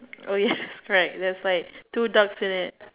oh yes right there's like two ducks in it